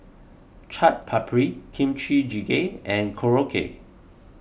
Chaat Papri Kimchi Jjigae and Korokke